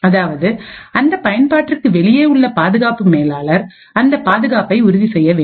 அதாவது அந்த பயன்பாட்டிற்கு வெளியே உள்ள பாதுகாப்பு மேலாளர் அந்தப் பாதுகாப்பை உறுதி செய்ய வேண்டும்